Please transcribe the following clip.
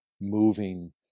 moving